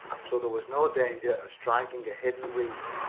so there was no danger of striking a hidden reef.